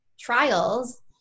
trials